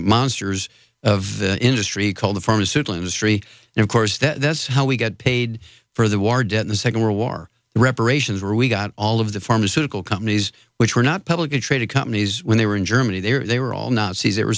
monsters of the industry called the pharmaceutical industry and of course that's how we got paid for the war dead in the second world war reparations where we got all of the pharmaceutical companies which were not publicly traded companies when they were in germany they were they were all nazis they were